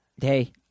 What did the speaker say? Hey